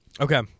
Okay